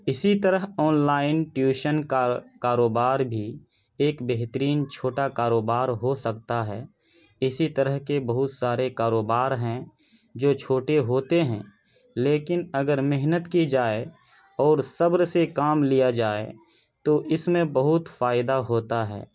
اسی طرح online tuition کا کاروبار بھی ایک بہترین چھوٹا کاروبار ہو سکتا ہے اسی طرح کے بہت سارے کاروبار ہیں جو چھوٹے ہوتے ہیں لیکن اگر محنت کی جائے اور صبر سے کام لیا جائے تو اس میں بہت فائدہ ہوتا ہے